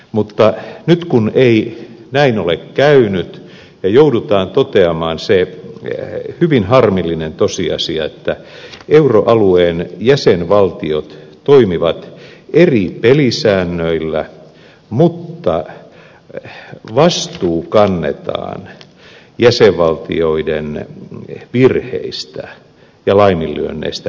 mutta nyt ei näin ole käynyt ja joudutaan toteamaan se hyvin harmillinen tosiasia että euroalueen jäsenvaltiot toimivat eri pelisäännöillä mutta vastuu jäsenvaltioiden virheistä ja laiminlyönneistä kannetaan yhdessä